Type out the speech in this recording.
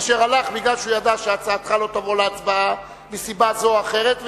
אשר הלך מפני שהוא ידע שהצעתך לא תבוא להצבעה מסיבה זו או אחרת,